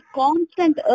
constant